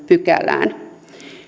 pykälään